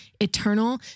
eternal